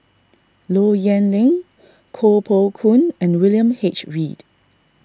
Low Yen Ling Koh Poh Koon and William H Read